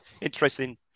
interesting